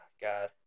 God